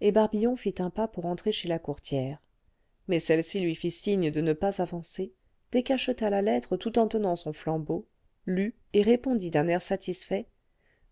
et barbillon fit un pas pour entrer chez la courtière mais celle-ci lui fit signe de ne pas avancer décacheta la lettre tout en tenant son flambeau lut et répondit d'un air satisfait